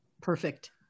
Perfect